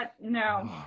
no